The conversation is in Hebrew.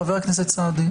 חבר הכנסת סעדי.